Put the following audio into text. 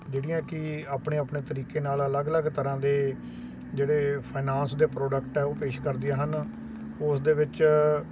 ਜਿਹੜੀਆਂ ਕਿ ਆਪਣੇ ਆਪਣੇ ਤਰੀਕੇ ਨਾਲ ਅਲੱਗ ਅਲੱਗ ਤਰ੍ਹਾਂ ਦੇ ਜਿਹੜੇ ਫਾਇਨਾਂਸ ਦੇ ਪ੍ਰੋਡਕਟ ਹੈ ਉਹ ਪੇਸ਼ ਕਰਦੀਆਂ ਹਨ ਉਸ ਦੇ ਵਿੱਚ